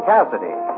Cassidy